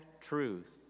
truth